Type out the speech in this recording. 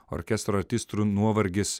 orkestro artistrų nuovargis